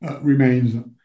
remains